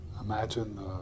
imagine